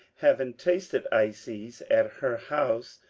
having tasted ices at her house,